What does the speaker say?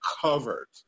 covered